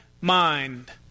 mind